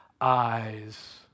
eyes